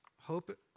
Hope